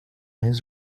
his